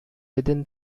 within